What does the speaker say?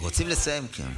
רוצים לסיים, כן.